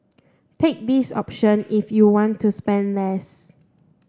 take this option if you want to spend less